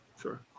Sure